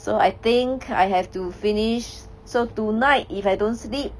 so I think I have to finish so tonight if I don't sleep